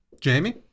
Jamie